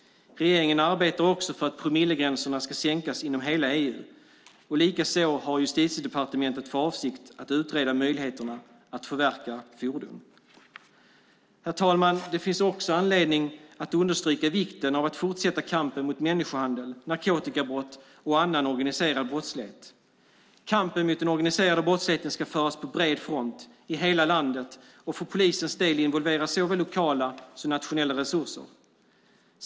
Regeringen arbetar också för att promillegränserna ska sänkas inom hela EU. Likaså har Justitiedepartementet för avsikt att utreda möjligheterna att förverka fordon. Herr talman! Det finns också anledning att understryka vikten av att fortsätta kampen mot människohandel, narkotikabrott och annan organiserad brottslighet. Kampen mot den organiserade brottsligheten ska föras på bred front, i hela landet, och för polisens del involvera såväl lokala som nationella resurser.